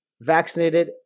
vaccinated